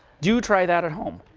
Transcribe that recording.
do try that at home.